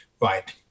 Right